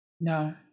No